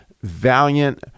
Valiant